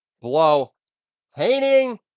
blow-painting